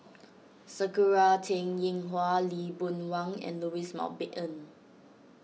Sakura Teng Ying Hua Lee Boon Wang and Louis Mountbatten